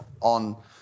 on